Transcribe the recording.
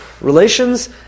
relations